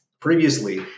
previously